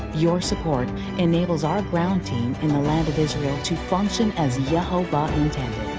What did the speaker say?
your support enables our ground in the land of israel to function as yehovah intended,